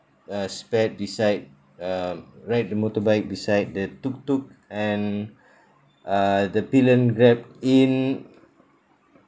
uh spared beside um ride the motorbike beside the tuk-tuk and uh the pillion grabbed in